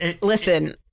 Listen